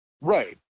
Right